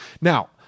Now